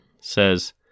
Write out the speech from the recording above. says